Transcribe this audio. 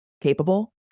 capable